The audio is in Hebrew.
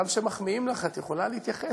גם כשמחמיאים לך את יכולה להתייחס,